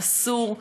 אסור,